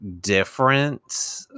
different